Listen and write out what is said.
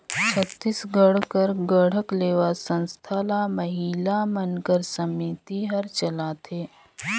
छत्तीसगढ़ कर गढ़कलेवा संस्था ल महिला मन कर समिति हर चलाथे